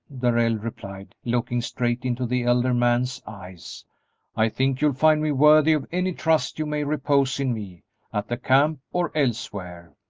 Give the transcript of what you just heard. darrell replied, looking straight into the elder man's eyes i think you'll find me worthy of any trust you may repose in me at the camp or elsewhere.